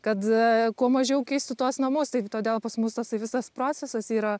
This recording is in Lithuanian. kad kuo mažiau keistų tuos namus tai todėl pas mus tas i visas procesas yra